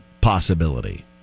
possibility